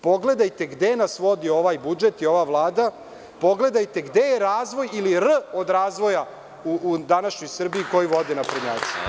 Pogledajte gde nas vodi ovaj budžet i ova Vlada, pogledajte gde je razvoj ili „r“ od razvoja u današnjoj Srbiji koju vode naprednjaci.